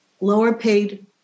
lower-paid